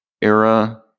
era